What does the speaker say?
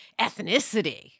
ethnicity